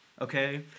Okay